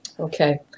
Okay